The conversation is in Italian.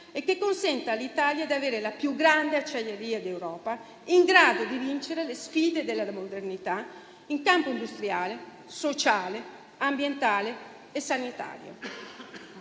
e che consenta all'Italia di avere la più grande acciaieria d'Europa in grado di vincere le sfide della modernità in campo industriale, sociale, ambientale e sanitario.